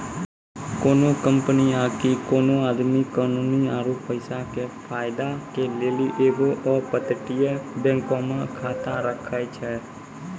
कोनो कंपनी आकि कोनो आदमी कानूनी आरु पैसा के फायदा के लेली एगो अपतटीय बैंको मे खाता राखै छै